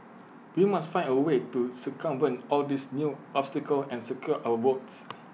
we must find A way to circumvent all these new obstacles and secure our votes